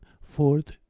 fourth